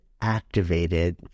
activated